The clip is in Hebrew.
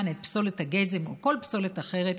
או את פסולת הגזם או כל פסולת אחרת,